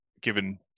given